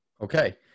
Okay